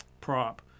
prop